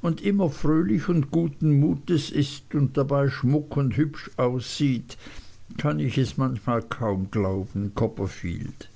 und immer fröhlich und guten mutes ist und dabei schmuck und hübsch aussieht kann ich es manchmal kaum glauben copperfield